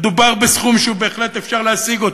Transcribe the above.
מדובר בסכום שבהחלט אפשר להשיג אותו.